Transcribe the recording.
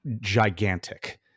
gigantic